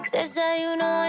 Desayuno